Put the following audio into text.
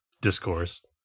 discourse